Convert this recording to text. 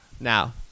now